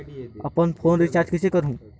अपन phone recharge कइसे करहु?